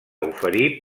oferir